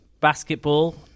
basketball